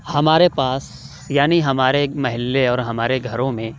ہمارے پاس یعنی ہمارے محلے اور ہمارے گھروں میں